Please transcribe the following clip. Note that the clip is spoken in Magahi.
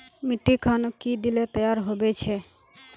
मिट्टी खानोक की दिले तैयार होबे छै?